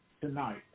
tonight